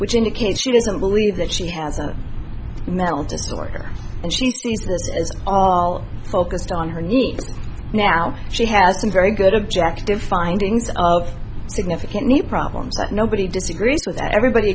which indicates she doesn't believe that she has a mental disorder and she has all focused on her needs now she has been very good objective findings of significant new problems that nobody disagrees with that everybody